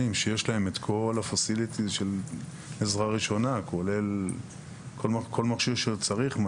שיש להם את כול ה"פסיליטיז" של עזרה ראשונה כולל כול מכשיר שצריך.